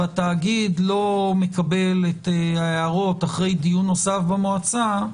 והתאגיד לא מקבל את ההערות אחרי דיון נוסף במועצה,